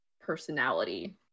personality